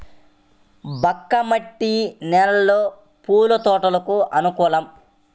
బంక మట్టి నేలలో పూల తోటలకు అనుకూలమా?